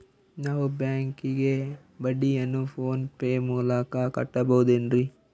ನಾವು ಬ್ಯಾಂಕಿಗೆ ಬಡ್ಡಿಯನ್ನು ಫೋನ್ ಪೇ ಮೂಲಕ ಕಟ್ಟಬಹುದೇನ್ರಿ?